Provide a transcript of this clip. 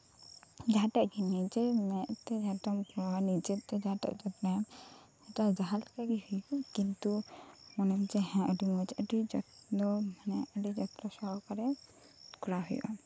ᱡᱟᱦᱟᱸᱴᱟᱜ ᱜᱮ ᱱᱚᱡᱮᱨ ᱢᱮᱸᱫ ᱛᱮ ᱡᱟᱦᱟᱸ ᱠᱟᱹᱢᱤ ᱡᱟᱦᱟᱸ ᱞᱮᱠᱟ ᱜᱮ ᱦᱩᱭᱩᱜ ᱦᱮᱸ ᱟᱹᱰᱤ ᱡᱚᱛᱱᱚ ᱥᱚᱦᱚᱠᱟᱨᱮ ᱠᱚᱨᱟᱣ ᱦᱩᱭᱩᱜᱼᱟ